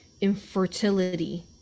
infertility